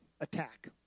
attack